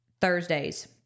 Thursdays